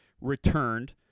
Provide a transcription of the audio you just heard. returned